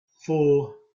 four